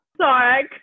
Sorry